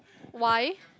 why